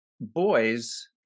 boys